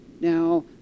Now